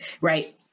right